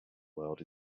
world